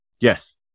yes